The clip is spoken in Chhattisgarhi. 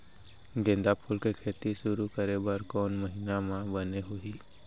गेंदा फूल के खेती शुरू करे बर कौन महीना मा बने होही?